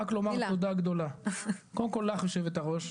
רק לומר תודה גדולה קודם כל לך יושבת הראש,